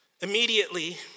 Immediately